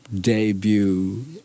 debut